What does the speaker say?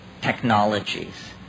technologies